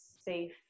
safe